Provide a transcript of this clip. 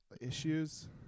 Issues